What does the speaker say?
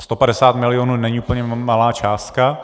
Sto padesát milionů není úplně malá částka.